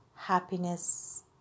Happiness